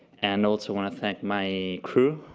and also want to thank my crew,